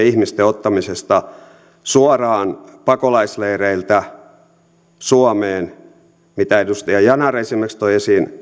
ihmisten ottamisesta suoraan pakolaisleireiltä suomeen mitä edustaja yanar esimerkiksi toi esiin